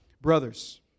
Brothers